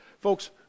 Folks